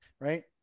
Right